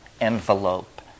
envelope